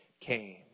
came